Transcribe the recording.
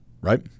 right